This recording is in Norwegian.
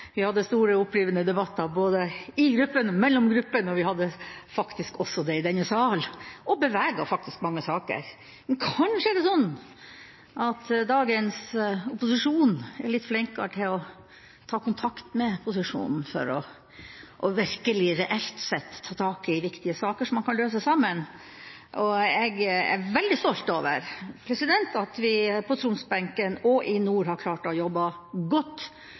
Vi hadde store, opprivende debatter både i gruppene, mellom gruppene og faktisk også i denne sal. Og vi beveget mange saker. Kanskje er det sånn at dagens opposisjon er litt flinkere til å ta kontakt med posisjonen for virkelig reelt sett å ta tak i viktige saker som man kan løse sammen. Jeg er veldig stolt over at vi på Troms-benken og i nord har klart å jobbe godt